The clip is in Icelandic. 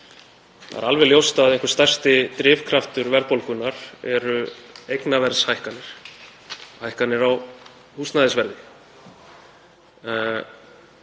Það er alveg ljóst að einhver stærsti drifkraftur verðbólgunnar eru eignaverðshækkanir, hækkanir á húsnæðisverði.